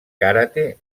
karate